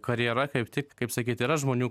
karjera kaip tik kaip sakyt yra žmonių